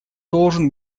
должен